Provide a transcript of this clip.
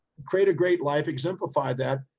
create a great life, exemplify that.